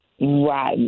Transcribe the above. Right